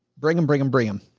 bring them, bring them, bring them.